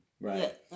Right